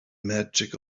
magic